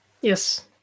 Yes